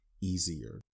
easier